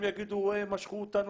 הם יגידו: הם משכו אותנו,